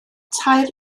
tair